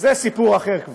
זה כבר סיפור אחר.